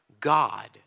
God